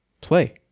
play